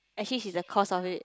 actually she's the cause of it